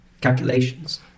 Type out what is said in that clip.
calculations